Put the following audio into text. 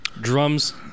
Drums